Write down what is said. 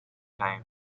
time